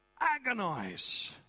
agonize